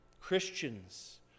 Christians